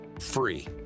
free